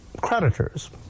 creditors